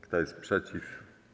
Kto jest przeciw?